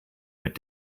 mit